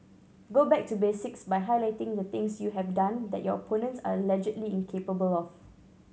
go back to basics by highlighting the things you have done that your opponents are allegedly incapable of